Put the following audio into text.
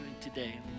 today